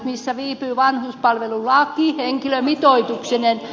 missä viipyy vanhuspalvelulaki henkilömitoituksineen